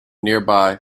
nearby